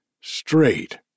straight